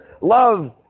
love